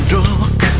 dark